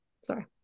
Sorry